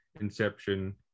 Inception